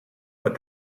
but